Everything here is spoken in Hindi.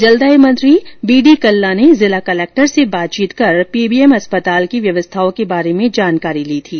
जलदाय मंत्री बीडी कल्ला ने जिला कलेक्टर से बातचीत कर पीबीएम अस्पताल की व्यवस्थाओं के बारे में जानकारी ली थी